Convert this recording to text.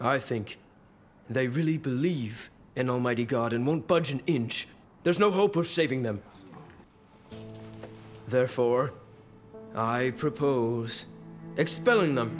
i think they really believe in almighty god and won't budge an inch there's no hope of saving them therefore i propose expelling them